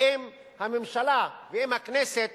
אם הממשלה ואם הכנסת